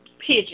pigeon